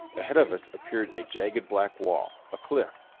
ahead of us appeared a jagged black wall a cliff.